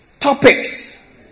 topics